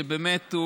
שבאמת,